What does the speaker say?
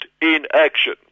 inaction